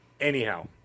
Anyhow